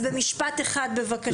תסיים במשפט אחד בבקשה.